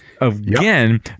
again